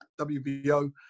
WBO